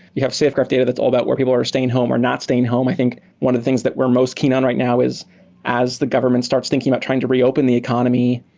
you have safegraph data that's all about where people are staying home or not staying home. i think one of the things that we're most keen on right now is as the government starts thinking trying to reopen the economy,